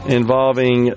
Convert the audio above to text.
involving